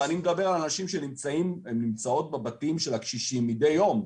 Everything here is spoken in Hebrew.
אני מדבר על נשים שנמצאות בבתים של הקשישים מדי יום,